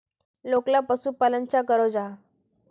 लोकला पशुपालन चाँ करो जाहा?